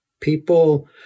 People